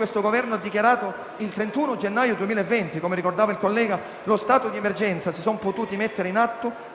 il Governo ha dichiarato il 31 gennaio 2020, come ricordava il collega, lo stato di emergenza si sono potuti mettere in atto